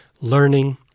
learning